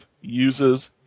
uses